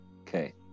Okay